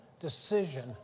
decision